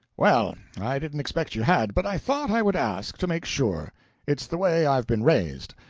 well, i didn't expect you had, but i thought i would ask, to make sure it's the way i've been raised.